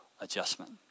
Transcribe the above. adjustment